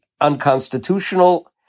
unconstitutional